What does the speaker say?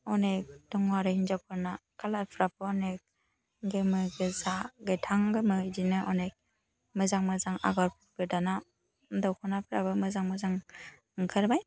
अनेक दङ आरो हिन्जावफोरना कालारफ्राबो अनेक गोमो गोजा गोथां गोमो बिदिनो अनेक मोजां मोजां आग'र दाना दख'नाफ्राबो मोजां मोजां ओंखारबाय